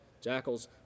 jackals